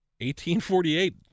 1848